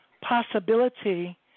possibility